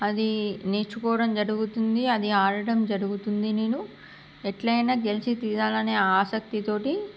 అది నేర్చుకోవడం జరుగుతుంది అది ఆడడం జరుగుతుంది నేను ఎట్లా అయిన గెలిచి తీరాలని ఆసక్తితోటి